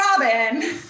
Robin